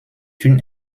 une